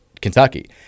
Kentucky